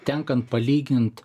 tenkant palygint